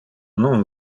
non